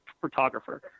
photographer